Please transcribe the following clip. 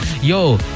Yo